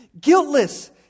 guiltless